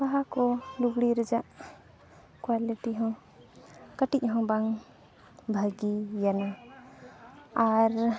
ᱵᱟᱦᱟ ᱠᱚ ᱞᱩᱜᱽᱲᱤ ᱨᱮᱭᱟᱜ ᱠᱚᱣᱟᱞᱤᱴᱤ ᱦᱚᱸ ᱠᱟᱹᱴᱤᱡᱽ ᱦᱚᱸ ᱵᱟᱝ ᱵᱷᱟᱹᱜᱤᱭᱟᱱᱟ ᱟᱨ